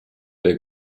der